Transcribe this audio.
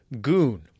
Goon